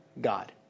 God